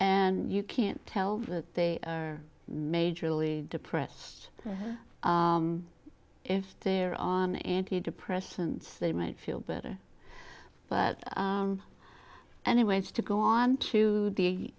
and you can't tell that they are majorly depressed if they're on antidepressants they might feel better but anyway it's to go on to the